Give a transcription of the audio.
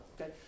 Okay